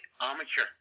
amateur